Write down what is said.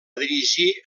dirigir